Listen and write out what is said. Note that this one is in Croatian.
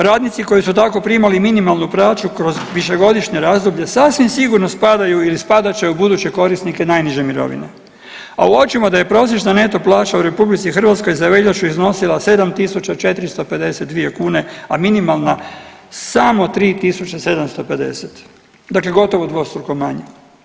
Radnici koji su tako primali minimalnu plaću kroz višegodišnje razdoblje sasvim sigurno spadaju ili spadat će u buduće korisnike najniže mirovina, a uočimo da je prosječna neto plaća u RH za veljaču iznosila 7.452 kune, a minimalna samo 3.750 dakle dvostruko gotovo manje.